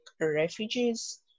refugees